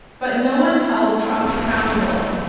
but no one held trump accountable,